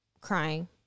crying